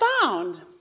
found